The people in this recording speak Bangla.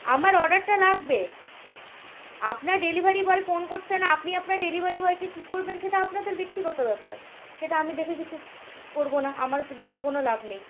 আমার অর্ডারটা লাগবে আপনার ডেলিভারি বয় ফোন করছে না আপনি আপনার ডেলিভারি বয়কে কী করবেন সেটা আপনাদের ব্যক্তিগত ব্যাপার সেটা আমি দেখে কিছু করব না আমার দেখে কোনো লাভ নেই